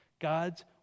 God's